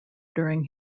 during